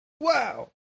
Wow